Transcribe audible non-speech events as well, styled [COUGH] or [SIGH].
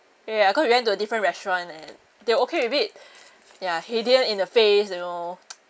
ya cause we went to a different restaurant and they are okay with it ya he didn't in the face you know [NOISE]